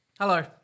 Hello